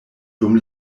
dum